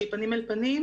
שהיא פנים אל פנים,